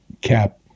cap